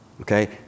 Okay